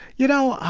you know,